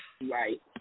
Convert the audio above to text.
Right